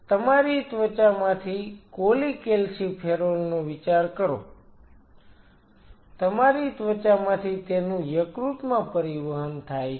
તમારી ત્વચામાંથી કોલીકેલ્સીફેરોલ નો વિચાર કરો તમારી ત્વચામાંથી તેનું યકૃતમાં પરિવહન થાય છે